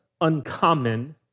uncommon